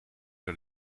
zou